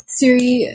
Siri